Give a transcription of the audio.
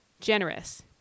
generous